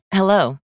Hello